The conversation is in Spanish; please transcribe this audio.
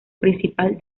principal